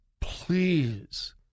please